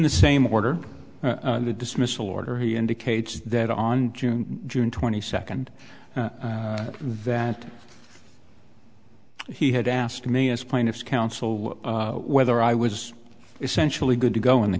the same order the dismissal order he indicates that on june june twenty second that he had asked me as plaintiff's counsel whether i was essentially good to go in the